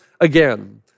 again